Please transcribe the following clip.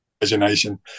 Imagination